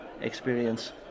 experience